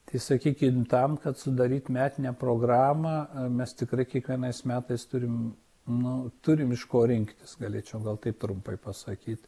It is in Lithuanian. tai sakykim tam kad sudaryt metinę programą mes tikrai kiekvienais metais turim nu turim iš ko rinktis galėčiau gal taip trumpai pasakyt